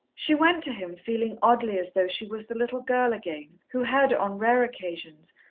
she went to him feeling oddly as though she was the little girl again, who had, on rare occasions,